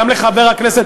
גם לחבר הכנסת,